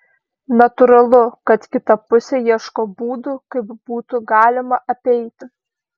natūralu kad kita pusė ieško būdų kaip būtų galima apeiti